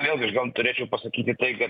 vėlgi aš gal turėčiau pasakyti tai kad